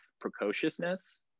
precociousness